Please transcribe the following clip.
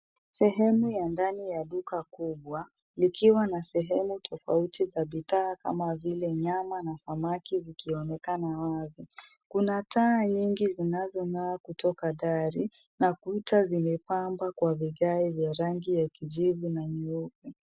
Sehemu ya ndani ya duka kubwa , likiwa na sehemu tofauti za bidhaa kama vile nyama na samaki zikionekana wazi. Kuna taa nyingi zinazong'aa kutoka dari, na kuta zimepambwa kwa vigae vya rangi ya kijivu na nyeupe.